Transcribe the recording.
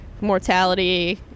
mortality